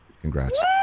Congrats